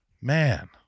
man